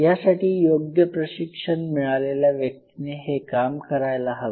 यासाठी योग्य प्रशिक्षण मिळालेल्या व्यक्तीने हे काम करायला हवे